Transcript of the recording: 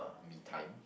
me time